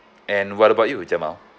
and what about you jamal